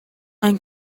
and